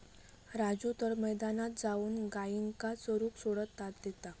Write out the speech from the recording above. राजू तर मैदानात जाऊन गायींका चरूक सोडान देता